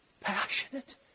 Passionate